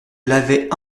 l’avais